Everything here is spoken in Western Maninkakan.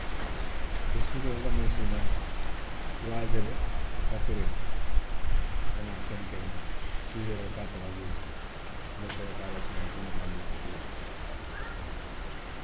Nte suutoo n ka miŋ siinoo, turuwaaseeri, katireeri, wo ye naa senkeeri kaŋ, siiseeri wo ka a tari n wulita n be pereepaaraasiŋo la puru n ŋa taa dookuu dulaa to haa